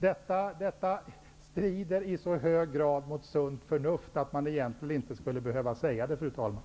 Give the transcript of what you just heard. Detta strider i så hög grad mot sunt förnuft att man egentligen inte skulle behöva säga det, fru talman.